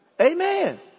Amen